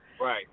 Right